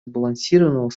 сбалансированного